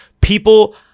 people